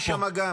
יש שם גם,